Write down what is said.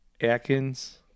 atkins